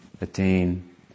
attain